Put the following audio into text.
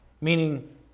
Meaning